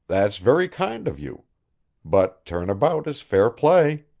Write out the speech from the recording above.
that's very kind of you but turn about is fair play.